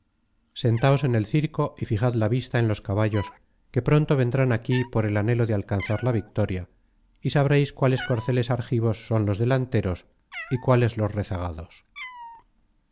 sentaos en el circo y fijad la vista en los caballos que pronto vendrán aquí por el anhelo de alcanzar la victoria y sabréis cuáles corceles argivos son los delanteros y cuáles los rezagados